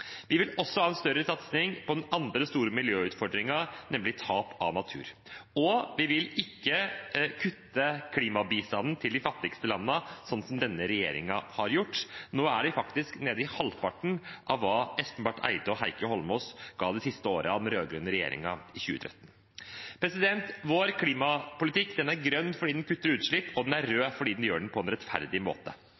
Vi vil også ha en større satsing på den andre store miljøutfordringen, nemlig tap av natur. Og vi vil ikke kutte klimabistanden til de fattigste landene, sånn som denne regjeringen har gjort. Nå er vi faktisk nede i halvparten av hva Espen Barth Eide og Heikki Holmås ga det siste året i den rød-grønne regjeringen, i 2013. Vår klimapolitikk er grønn fordi den kutter utslipp, og den er